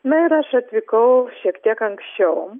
na ir aš atvykau šiek tiek anksčiau